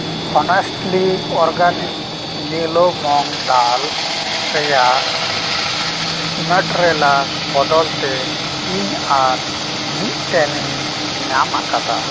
honesty organic yellow moong dal ᱨᱮᱭᱟᱜ ᱱᱮᱴᱨᱮᱞᱟ ᱵᱚᱫᱚᱞᱛᱮ ᱤᱧ ᱟᱨ ᱢᱤᱫᱴᱮᱱ ᱤᱧ ᱧᱟᱢ ᱟᱠᱟᱫᱟ